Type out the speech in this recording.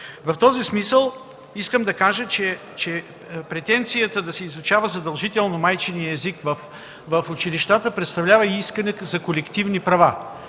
В този смисъл искам да кажа, че претенцията да се изучава задължително майчиният език в училищата представлява искане за колективни права.